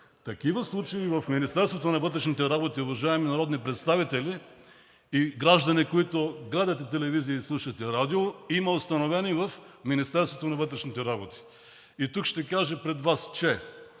Такива случаи в Министерството на вътрешните работи, уважаеми народни представители и граждани, които гледате телевизия и слушате радио, има установени в Министерството на вътрешните работи. Тук ще кажа пред Вас, че